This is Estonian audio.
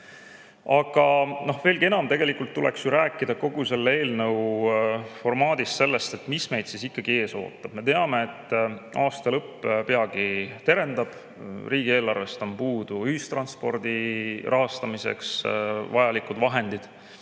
Aga veelgi enam, tegelikult tuleks rääkida kogu selle eelnõu [kontekstis] sellest, mis meid siis ikkagi ees ootab. Me teame, et aasta lõpp peagi terendab, riigieelarvest on puudu ühistranspordi rahastamiseks vajalikud vahendid.